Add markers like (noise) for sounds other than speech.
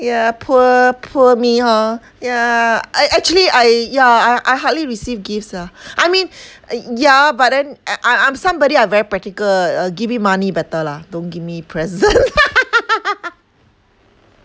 ya poor poor me hor yeah I actually I yeah I I hardly receive gifts ah I mean uh yeah but then I I'm I'm somebody I very practical uh give me money better lah don't give me present (laughs)